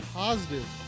positive